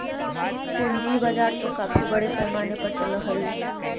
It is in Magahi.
पूंजी बाजार तो काफी बड़े पैमाने पर चलअ हई